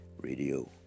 radio